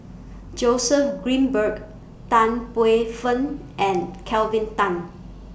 Joseph Grimberg Tan Paey Fern and Kelvin Tan